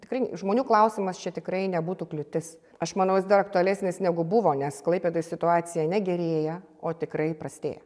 tikrai žmonių klausimas čia tikrai nebūtų kliūtis aš manau jis dar aktualesnis negu buvo nes klaipėdoj situacija ne gerėja o tikrai prastėja